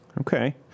Okay